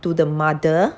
to the mother